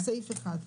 סעיף (1).